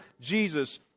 Jesus